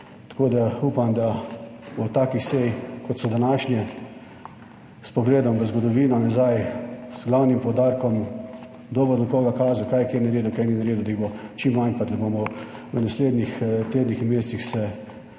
Tako da upam, da bo takih sej, kot so današnje, s pogledom v zgodovino nazaj, z glavnim poudarkom, kdo bo na koga kazal, kaj je kaj naredil, kaj ni naredil, da jih bo čim manj, pa da bomo v naslednjih tednih in mesecih se